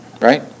right